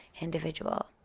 individual